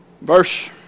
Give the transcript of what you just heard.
Verse